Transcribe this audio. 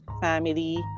family